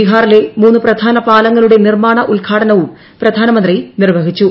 ബിഹാറിലെ മൂന്ന് പ്രധാന പാലങ്ങളുടെ നിർമ്മാണ് ഉദ്ഘാടനവും പ്രധാനമന്ത്രി നിർവഹിച്ചു